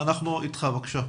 אנחנו איתך, בבקשה.